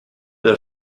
der